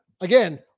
again